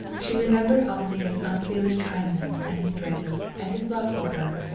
she remembered only his unfailing kindness and strength and his love for her.